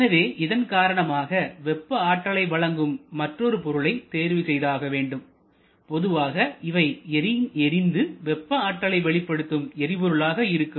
எனவே இதன் காரணமாக வெப்ப ஆற்றலை வழங்கும் மற்றொரு பொருளை தேர்வு செய்து ஆகவேண்டும் பொதுவாக இவை எரிந்து வெப்ப ஆற்றலை வெளிப்படுத்தும் எரிபொருளாக இருக்கும்